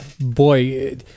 boy